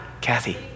Kathy